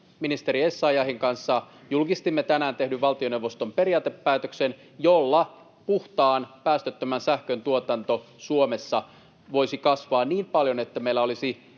ministeri Essayahin kanssa julkistimme tänään tehdyn valtioneuvoston periaatepäätöksen, jolla puhtaan, päästöttömän sähkön tuotanto Suomessa voisi kasvaa niin paljon, että meillä olisi